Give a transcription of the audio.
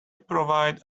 provide